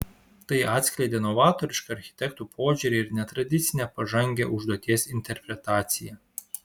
tai atskleidė novatorišką architektų požiūrį ir netradicinę pažangią užduoties interpretaciją